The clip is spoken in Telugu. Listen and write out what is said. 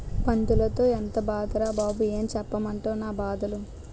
పందులతో ఎంతో బెడదరా బాబూ ఏం సెప్పమంటవ్ నా బాధలు